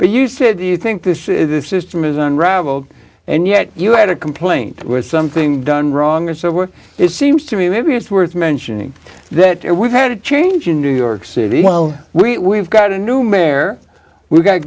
but you said you think this system is unraveled and yet you had a complaint it was something done wrong and so were it seems to me maybe it's worth mentioning that we've had a change in new york city we have got a new mayor we've got